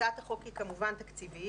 הצעת החוק היא כמובן תקציבית,